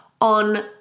on